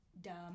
dumb